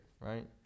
Right